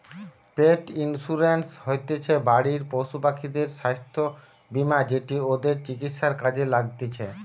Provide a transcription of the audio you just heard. পেট insurance হতিছে বাড়ির পশুপাখিদের স্বাস্থ্য বীমা যেটি ওদের চিকিৎসায় কাজে লাগতিছে